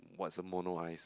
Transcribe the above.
what's a mono eyes